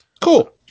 cool